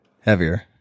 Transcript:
Heavier